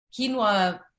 quinoa